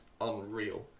unreal